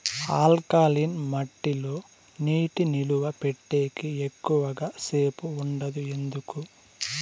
alkaline మట్టి లో నీటి నిలువ పెట్టేకి ఎక్కువగా సేపు ఉండదు ఎందుకు